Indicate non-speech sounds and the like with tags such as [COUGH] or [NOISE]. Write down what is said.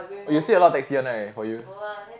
[NOISE] you see a lot of accident right for you